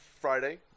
Friday